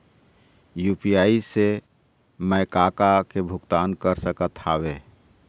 UPI से मैं का का के भुगतान कर सकत हावे?